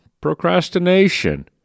procrastination